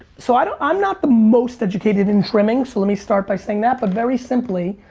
so and i'm not the most educated in trimming. so let me start by saying that but very simply,